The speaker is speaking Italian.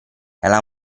alla